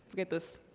look at this.